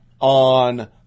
on